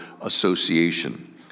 Association